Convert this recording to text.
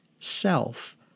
self